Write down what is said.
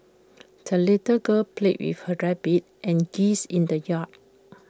the little girl played with her rabbit and geese in the yard